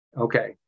Okay